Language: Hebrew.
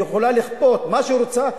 היא יכולה לכפות מה שהיא רוצה,